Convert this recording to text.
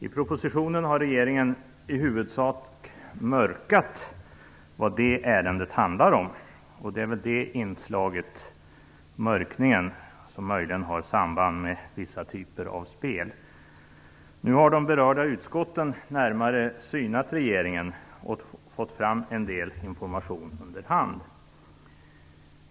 I propositionen har regeringen i huvudsak mörkat vad det ärendet handlar om. Och det är väl det inslaget - mörkningen - som möjligen har samband med vissa typer av spel. Nu har de berörda utskotten närmare synat regeringen och fått fram en del information under hand.